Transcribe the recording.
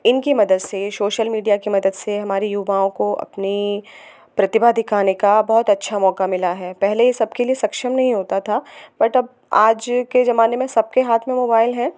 इनकी मदद से सोशल मीडिया की मदद से हमारी युवाओं को अपनी प्रतिभा दिखाने का बहुत अच्छा मौका मिला है पहले ई सब के लिए सक्षम नहीं होता था बट अब आज के ज़माने में सबके हाथ में मोबाईल है